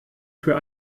für